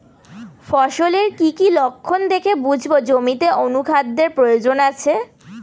ফসলের কি কি লক্ষণ দেখে বুঝব জমিতে অনুখাদ্যের প্রয়োজন আছে?